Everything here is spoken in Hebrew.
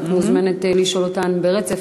את מוזמנת לשאול אותן ברצף,